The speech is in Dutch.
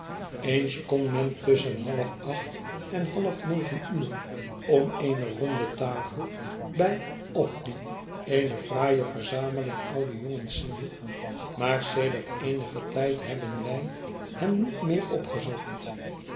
eens kon men tusschen half acht en half negen uur om eene ronde tafel bij offley eene fraaie verzameling oude jongens zien maar sedert eenigen tijd hebben wij hen niet meer opgezocht